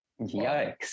yikes